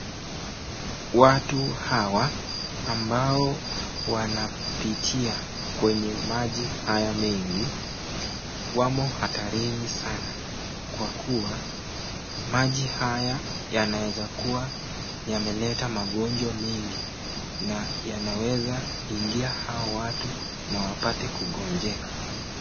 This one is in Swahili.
Watu hawa ambao wanapitia kwenye maji hayo mengi, wamo hatarini sana kwa kuwa maji haya yanaweza kuwa yameleta magonjwa mengi na yanaweza ingia hawa watu na wapate kugonjeka.